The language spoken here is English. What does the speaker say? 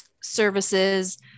services